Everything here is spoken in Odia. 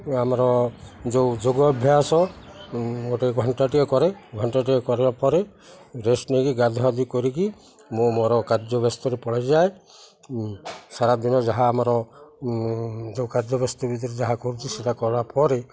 ଆମର ଯେଉଁ ଯୋଗ ଅଭ୍ୟାସ ଗୋଟେ ଘଣ୍ଟାଟିଏ କରେ ଘଣ୍ଟାଟିଏ କଲା ପରେ ରେଷ୍ଟ୍ ନେଇକି ଗାଧୁଆଗାଧି କରିକି ମୁଁ ମୋର କାର୍ଯ୍ୟ ବ୍ୟସ୍ତରେ ପଳେଇ ଯାଏ ସାରାଦିନ ଯାହା ଆମର ଯେଉଁ କାର୍ଯ୍ୟ ବ୍ୟସ୍ତ ଭିତରେ ଯାହା କରୁଛି ସେଇଟା କଲା ପରେ